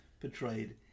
portrayed